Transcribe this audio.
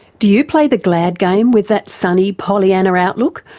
do you play the glad game with that sunny pollyanna outlook,